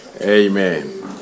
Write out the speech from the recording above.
Amen